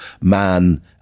man